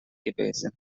gewesen